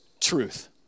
truth